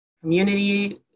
community